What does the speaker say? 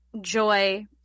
joy